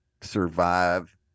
survive